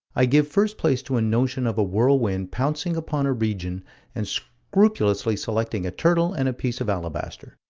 i give first place to a notion of a whirlwind pouncing upon a region and scrupulously selecting a turtle and a piece of alabaster.